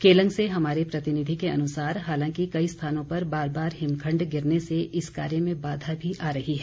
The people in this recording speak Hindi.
केलंग से हमारे प्रतिनिधि के अनुसार हालांकि कई स्थानों पर बार बार हिमखण्ड गिरने से इस कार्य में बाधा भी आ रही है